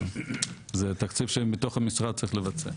זה תקציב שמתוך המשרד צריך לבצע.